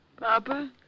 Papa